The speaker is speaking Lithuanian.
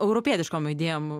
europietiškom idėjom